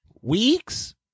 week's